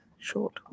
Short